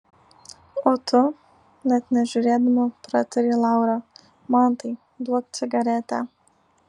o tu net nežiūrėdama pratarė laura mantai duok cigaretę